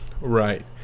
Right